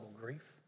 grief